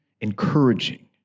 Encouraging